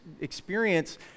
experience